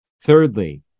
Thirdly